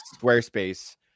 Squarespace